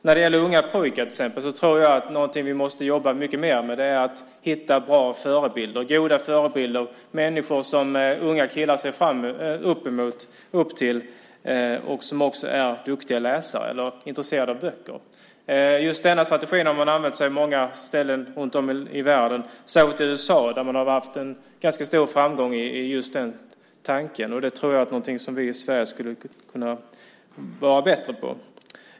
När det gäller unga pojkar till exempel tror jag att något som vi måste jobba mycket mer med är att hitta goda förebilder, människor som unga killar ser upp till och som också är duktiga läsare eller intresserade av böcker. Just denna strategi har man använt sig av på många ställen runt om i världen. Särskilt i USA har man haft en ganska stor framgång med just den tanken. Detta tror jag är något som vi i Sverige skulle kunna vara bättre på.